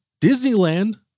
Disneyland